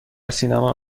سینما